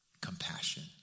compassion